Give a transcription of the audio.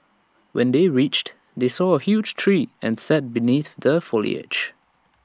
when they reached they saw A huge tree and sat beneath the foliage